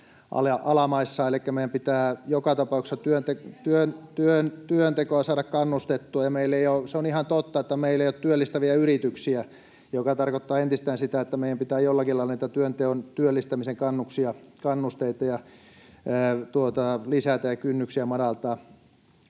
alamaissa, elikkä meidän pitää joka tapauksessa työntekoa saada kannustettua. Se on ihan totta, että meillä ei ole työllistäviä yrityksiä, mikä tarkoittaa entistä enemmän sitä, että meidän pitää jollakin lailla työnteon ja työllistämisen kannusteita lisätä ja kynnyksiä madaltaa.